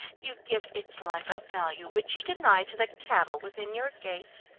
you give its life a value which you deny to the cattle within your gates!